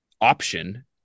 option